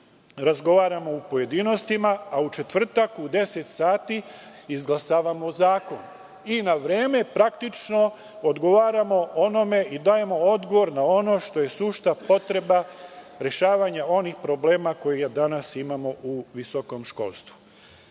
razgovaramo u pojedinostima, a u četvrtak u 10.00 sati izglasavamo zakon i na vreme dajemo odgovor na ono što je sušta potreba rešavanja onih problema koje danas imamo u visokom školstvu. Pored